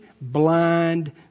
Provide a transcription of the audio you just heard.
blind